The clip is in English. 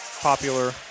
popular